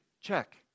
Check